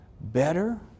better